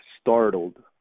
startled